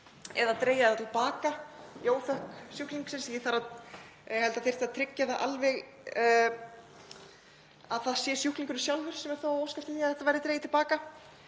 eða dregið til baka í óþökk sjúklingsins. Ég held að það þyrfti að tryggja það alveg að það sé sjúklingurinn sjálfur sem óskar eftir því að þetta verði dregið til baka.